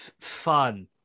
fun